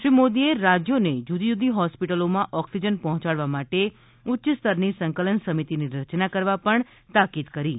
શ્રી મોદીએ રાજ્યોને જુદી જુદી હોસ્પિટલોમાં ઓક્સિજન પહોંચાડવા માટે ઉચ્ય સ્તરની સંકલન સમિતિની રચના કરવા તાકીદ કરી છે